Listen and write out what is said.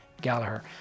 Gallagher